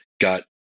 got